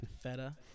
Feta